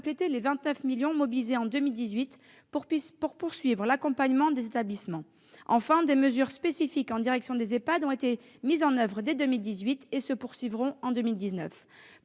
les 29 millions d'euros mobilisés en 2018 pour poursuivre l'accompagnement des établissements. Enfin, des mesures spécifiques en direction des EHPAD ont été mises en oeuvre dès 2018 et se poursuivront en 2019.